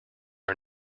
are